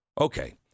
Okay